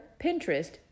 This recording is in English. Pinterest